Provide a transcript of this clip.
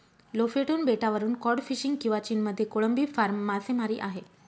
Lofoten बेटावरून cod fishing किंवा चीनमध्ये कोळंबी फार्म मासेमारी आहे